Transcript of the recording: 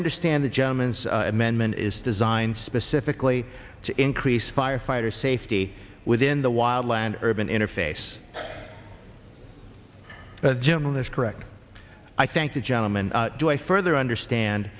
understand the germans amendment is designed specifically to increase firefighters safety within the wild land urban interface that jim is correct i thank the gentleman to i further understand